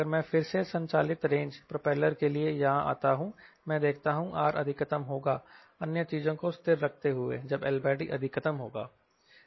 अगर मैं फिर से संचालित रेंज प्रोपेलर के लिए यहां आता हूं मैं देखता हूं R अधिकतम होगा अन्य चीजों को स्थिर रखते हुए जब LD अधिकतम होगा